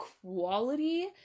Quality